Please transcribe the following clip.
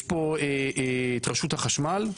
יש פה את רשות החשמל,